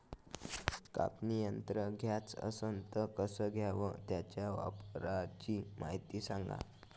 कापनी यंत्र घ्याचं असन त कस घ्याव? त्याच्या वापराची मायती सांगा